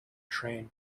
train